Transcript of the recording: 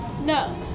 No